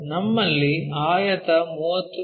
ನಮ್ಮಲ್ಲಿ ಆಯತ 30 ಮಿ